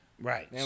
Right